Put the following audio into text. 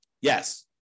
Yes